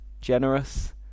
generous